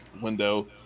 window